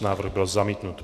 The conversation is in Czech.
Návrh byl zamítnut.